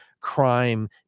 crime